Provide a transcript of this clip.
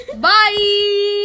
Bye